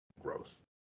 growth